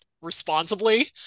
responsibly